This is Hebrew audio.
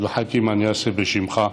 עבד אל חכים, אני אעשה את זה בשמך,